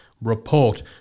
report